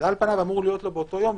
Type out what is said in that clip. ואז על פניו אמור להיות לו באותו יום,